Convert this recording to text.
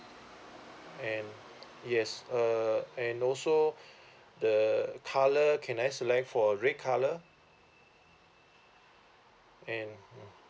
and yes uh and also the colour can I select for red colour and mm